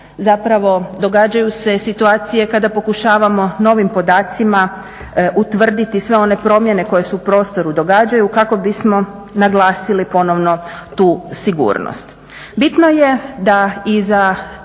zapravo događaju se situacije kada pokušavamo novim podacima utvrditi sve one promjene koje se u prostoru događaju kako bi smo naglasili ponovno tu sigurnost.